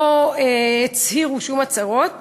לא הצהירו שום הצהרות